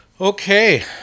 Okay